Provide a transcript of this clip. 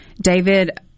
David